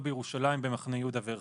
בנוסף, ניתן לחנך גם בשטח עצמו